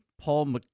Paul